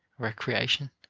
recreation,